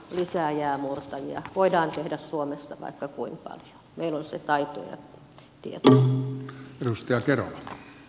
lisää jäänmurtajia voidaan tehdä suomessa vaikka kuinka meillä on se taito ja tieto